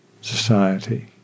society